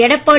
Edappadi